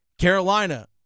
Carolina